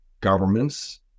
governments